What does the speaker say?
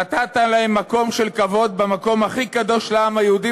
נתת להם מקום של כבוד במקום הכי קדוש לעם היהודי,